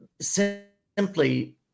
simply